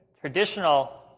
traditional